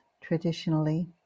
traditionally